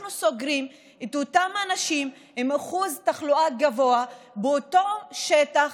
אנחנו סוגרים את אותם אנשים עם אחוז תחלואה גבוה באותו שטח,